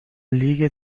لیگ